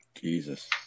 Jesus